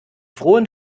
frohen